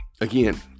Again